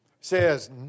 says